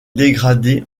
dégradé